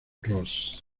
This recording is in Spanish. ross